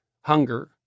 hunger